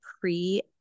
pre-